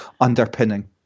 underpinning